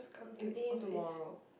meeting him tomorrow